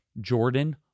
Jordan